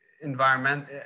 environment